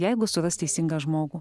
jeigu suras teisingą žmogų